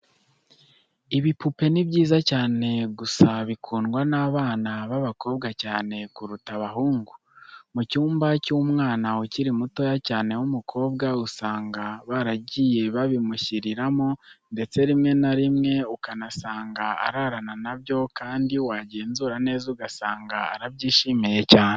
Ibipupe ni byiza cyane, gusa bikundwa n'abana b'abakobwa cyane kuruta abahungu. Mu cyumba cy'umwana ukiri mutoya cyane w'umukobwa usanga baragiye babimushyiriramo ndetse rimwe na rimwe ukanasanga ararana na byo kandi wagenzura neza ugasanga arabyishimiye cyane.